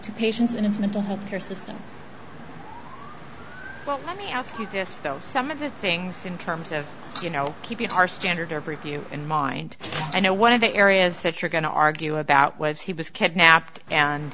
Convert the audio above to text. to patients and it's mental health care system but i ask you this though some of the things in terms of you know keeping our standard of review in mind i know one of the areas that you're going to argue about was he was kidnapped and